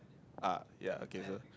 ah ya okay so